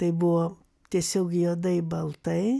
tai buvo tiesiog juodai baltai